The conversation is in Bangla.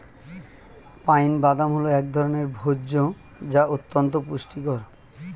পাইন বাদাম হল এক ধরনের ভোজ্য যা অত্যন্ত পুষ্টিকর